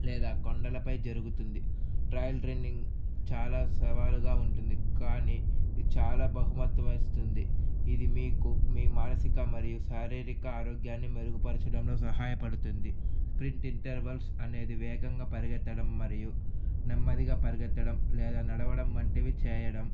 లేదా కొండలపై జరుగుతుంది ట్రైల్ రన్నింగ్ చాలా సవాలుగా ఉంటుంది కానీ ఇది చాలా బహుమత్తువ ఇస్తుంది ఇది మీకు మీ మానసిక మరియు శారీరక ఆరోగ్యాన్ని మెరుగుపరచడంలో సహాయపడుతుంది స్ప్రింట్ ఇంటర్వెల్స్ అనేది వేగంగా పరిగెత్తడం మరియు నెమ్మదిగా పరిగెత్తడం లేదా నడవడం వంటివి చేయడం